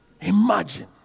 Imagine